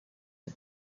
day